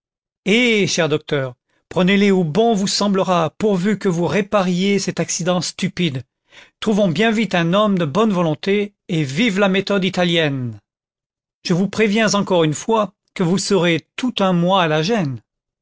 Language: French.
eh cher docteur prenez-les où bon vous semblera pourvu que vous répariez cet accident stupide trouvons bien vite un homme de bonne volonté et vive la méthode italienne content from google book search generated at je vous préviens encore une fois que vous serez tout un mois à la gêne